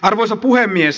arvoisa puhemies